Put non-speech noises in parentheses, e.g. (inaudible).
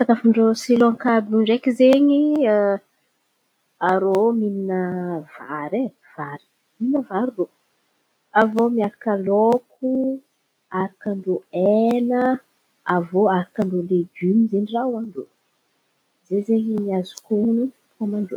Sakafon-drô Srilanka àby iô ndraiky izen̈y (hesitation) arô mihin̈a vary ay, vary mihin̈a vary irô. Aviô miaraka lôko, arakan-drô hena, aviô arakan-drô legimo zen̈y raha hoanin-drô. Zen̈y zen̈y ny azoko honon̈o. (hesitation)